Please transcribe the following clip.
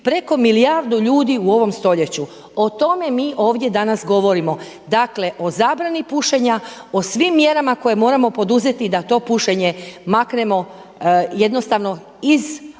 preko milijardu ljudi u ovom stoljeću, o tome mi danas ovdje govorimo, dakle o zabrani pušenja o svim mjerama koje moramo poduzeti da to pušenje maknemo iz one